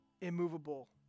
immovable